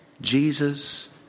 Jesus